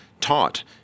taught